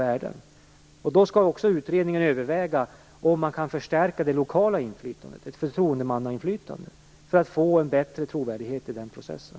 Utredningen skall också överväga om man kan förstärka det lokala inflytandet, ett förtroendemannainflytande, för att få en bättre trovärdighet i den processen.